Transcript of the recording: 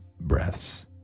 breaths